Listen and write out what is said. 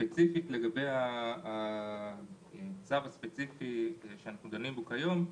לגבי הצו הספציפי שאנחנו דנים בו כיום,